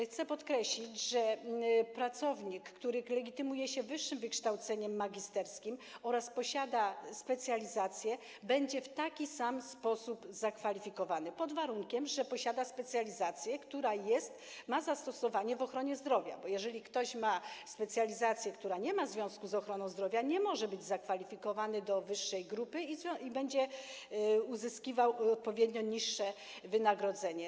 Chcę podkreślić, że pracownik, który legitymuje się wyższym wykształceniem magisterskim oraz posiada specjalizację, będzie w taki sam sposób zakwalifikowany, pod warunkiem że posiada specjalizację, która ma zastosowanie w ochronie zdrowia, bo jeżeli ktoś ma specjalizację, która nie ma związku z ochroną zdrowia, nie może być zakwalifikowany do wyższej grupy i będzie uzyskiwał odpowiednio niższe wynagrodzenie.